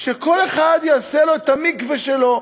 שכל אחד יעשה לו את המקווה שלו.